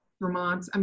Vermont